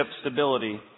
stability